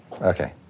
Okay